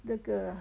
这个